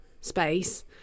space